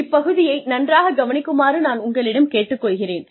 இப்பகுதியை நன்றாகக் கவனிக்குமாறு நான் உங்களிடம் கேட்டுக் கொள்கிறேன்